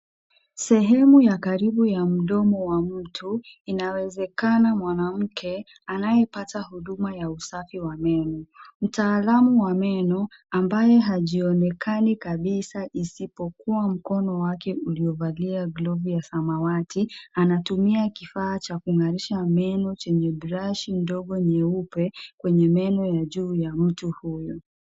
Sehemu ya karibu ya mdomo wa mtu, inawezekana mwanamke anayepata huduma za uafi wa meno. Mtaalamu wa meno ambaye hajionekani kabisa isipokuwa mkono wake uliovalia glovu ya samawati anatumia kifaa cha kung'arisha meno chenye brashi ndogo nyeupe kwenye meno ya ju ya mtu huyu.